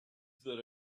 there